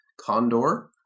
Condor